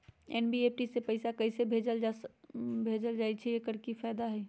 NEFT से पैसा कैसे भेजल जाइछइ? एकर की फायदा हई?